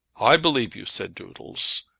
i believe you, said doodles.